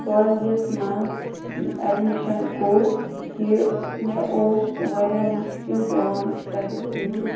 کالجَس منٛز ایڈمِشَن کوٚر کہِ مےٚ اوس واریاہ مُشکِل پٮ۪وان تَتہِ فیٖس